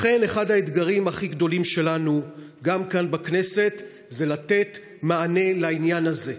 לכן אחד האתגרים הכי גדולים שלנו גם כאן בכנסת זה לתת מענה לעניין הזה,